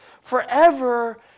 Forever